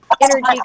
energy